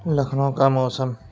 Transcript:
لکھنؤ کا موسم